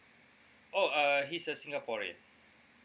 oh err he's a singaporean